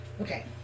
okay